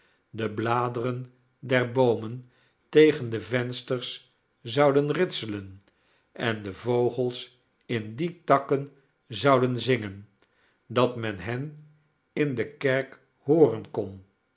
de bladeren der boomen tegen de vensters zouden ritselen en de vogels in die takken zouden zingen dat men hen in de kerk hooren kon